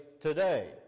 Today